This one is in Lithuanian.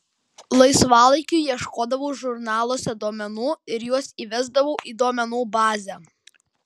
laisvalaikiu ieškodavau žurnaluose duomenų ir juos įvesdavau į duomenų bazę